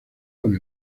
con